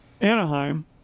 Anaheim